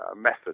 method